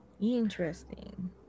Interesting